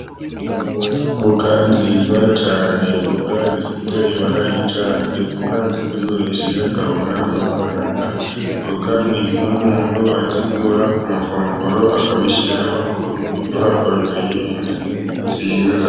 Voka nziza cyane voka zifite ibara ry'icyatsi voka tuzigurishije twabona amafaranga voka ni kimwe umuntu ategura ku mafunguro akabishyiriraho ko biduha poroteyine nziza